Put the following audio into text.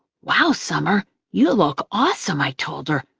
wow, summer, you look awesome, i told her,